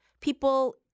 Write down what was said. people